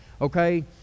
okay